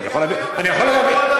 אני גם היום מדבר אותו דבר.